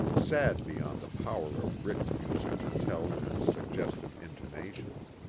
sad beyond the power of written music to tell in its suggestive intonations.